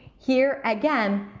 here again,